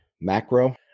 macro